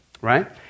Right